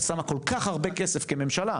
שמה כל כך הרבה כסף כממשלה,